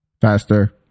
Faster